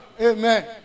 Amen